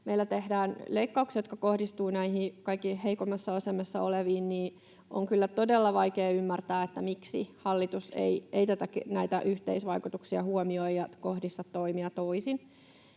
meillä tehdään leikkauksia, jotka kohdistuvat kaikkein heikoimmassa asemassa oleviin, niin on kyllä todella vaikeaa ymmärtää, miksi hallitus ei näitä yhteisvaikutuksia huomioi ja kohdista toimia toisin.